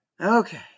Okay